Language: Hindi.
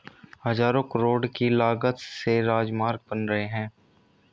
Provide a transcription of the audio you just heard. हज़ारों करोड़ की लागत से राजमार्ग बन रहे हैं